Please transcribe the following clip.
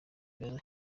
kibazo